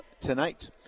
tonight